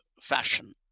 fashion